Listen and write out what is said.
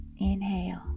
Inhale